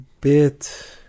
bit